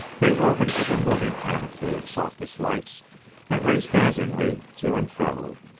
they wove an ever-moving canopy of softest lights that raced dazzlingly to and fro,